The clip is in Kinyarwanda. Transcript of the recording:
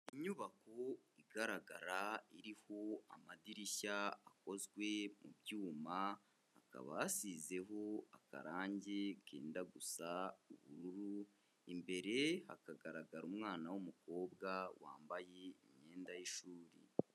Inyubako igaragara iriho amadirishya akozwe mu byuma, hakaba hasizeho akarangi kenda gusa ubururu, imbere hakagaragara umwana w'umukobwa wambaye imyenda y'ishuri.